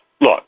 Look